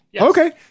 Okay